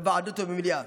בוועדות ובמליאה.